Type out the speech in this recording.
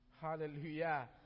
Hallelujah